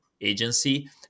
agency